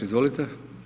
Izvolite.